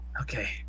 Okay